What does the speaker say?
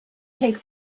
take